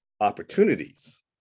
opportunities